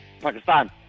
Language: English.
Pakistan